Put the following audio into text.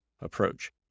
approach